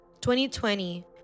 2020